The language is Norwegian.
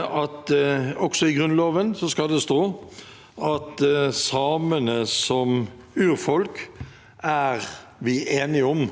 at også i Grunnloven skal det stå at samene som urfolk er vi enige om.